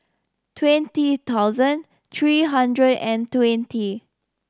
twenty thousand three hundred and twenty